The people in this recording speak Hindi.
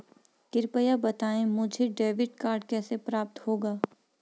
कृपया बताएँ मुझे डेबिट कार्ड कैसे प्राप्त होगा?